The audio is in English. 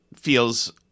feels